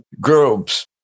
groups